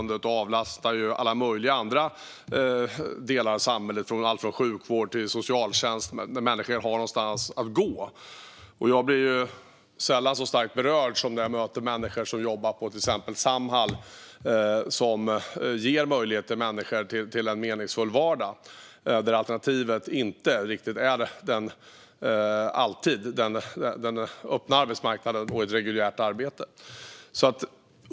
Det avlastar alla möjliga andra delar av samhället - alltifrån sjukvård till socialtjänst - när människor har någonstans att gå. Jag blir sällan så starkt berörd som när jag möter människor som jobbar på till exempel Samhall, som ger människor möjlighet till en meningsfull vardag när alternativet inte alltid är den öppna arbetsmarknaden och ett reguljärt arbete.